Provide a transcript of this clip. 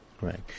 Right